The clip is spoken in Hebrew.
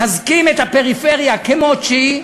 מחזקים את הפריפריה כמות שהיא,